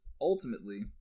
ultimately